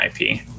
IP